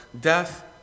death